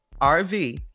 RV